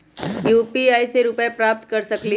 UPI से रुपए प्राप्त कर सकलीहल?